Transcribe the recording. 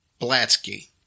Blatsky